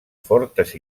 fortes